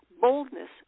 boldness